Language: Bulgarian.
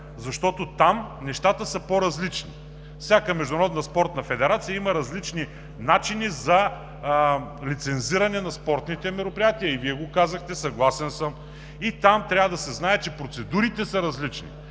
защото там нещата са по-различни. Всяка международна спортна федерация има различни начини за лицензиране на спортните мероприятия. И Вие го казахте, съгласен съм. Там трябва да се знае, че процедурите са различни.